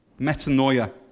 metanoia